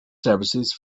services